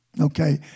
Okay